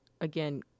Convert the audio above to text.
Again